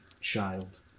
child